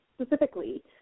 specifically